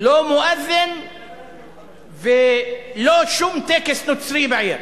לא מואזין ולא שום טקס נוצרי בעיר,